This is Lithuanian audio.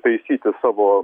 taisyti savo